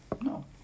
No